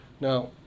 Now